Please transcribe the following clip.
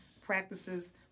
practices